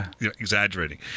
exaggerating